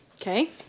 Okay